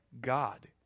God